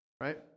Right